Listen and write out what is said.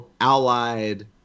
allied